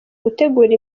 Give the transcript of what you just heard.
gutegura